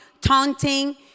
taunting